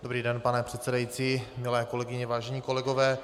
Dobrý den, pane předsedající, milé kolegyně, vážení kolegové.